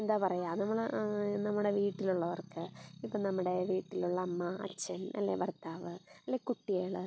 എന്താ പറയുക അത് നമ്മൾ നമ്മുടെ വീട്ടിലുള്ളവർക്ക് ഇപ്പം നമ്മുടെ വീട്ടിലുള്ള അമ്മ അച്ഛൻ അല്ലേ ഭർത്താവ് അല്ലേ കുട്ടികൾ